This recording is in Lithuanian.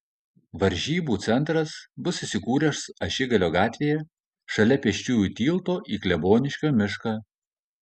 varžybų centras bus įsikūręs ašigalio gatvėje šalia pėsčiųjų tilto į kleboniškio mišką